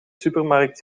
supermarkt